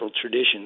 traditions